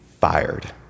fired